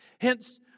Hence